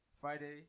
friday